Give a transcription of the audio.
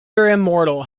immortal